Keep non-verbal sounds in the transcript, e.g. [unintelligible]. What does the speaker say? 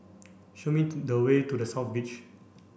show me [unintelligible] the way to The South Beach